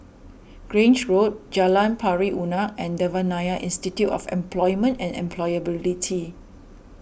Grange Road Jalan Pari Unak and Devan Nair Institute of Employment and Employability